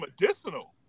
medicinal